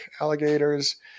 alligators